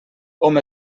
hom